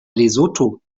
lesotho